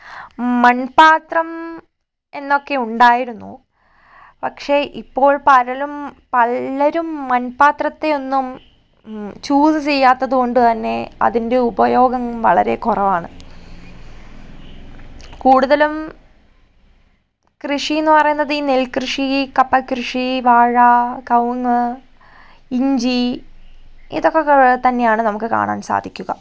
മൺപാത്രം എന്നൊക്കെയുണ്ടായിരുന്നു പക്ഷെ ഇപ്പോൾ പരലും പലരും മൺപാത്രത്തെയൊന്നും ചൂസ് ചെയ്യാ ത്തത്കൊണ്ട്തന്നെ അതിൻ്റെ ഉപയോഗം വളരെ കുറവാണ് കൂടുതലും കൃഷിയെന്നു പറയുന്നത്തിൽ നെൽകൃഷി കപ്പകൃഷി വാഴ കവുങ്ങ് ഇഞ്ചി അതൊക്കെത്തന്നെയാണ് നമുക്ക് കാണാൻ സാധിക്കുക